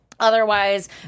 Otherwise